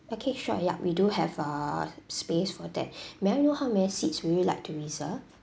package sure yup we do have uh space for that may I know how many seats will you like to reserve